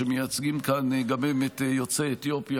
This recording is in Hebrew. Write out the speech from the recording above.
שמייצגים כאן את יוצאי אתיופיה,